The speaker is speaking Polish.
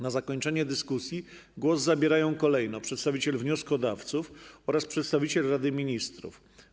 Na zakończenie dyskusji głos zabierają kolejno przedstawiciel wnioskodawców oraz przedstawiciel Rady Ministrów.